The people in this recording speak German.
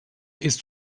ist